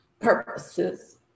Purposes